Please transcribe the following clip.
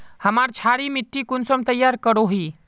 हमार क्षारी मिट्टी कुंसम तैयार करोही?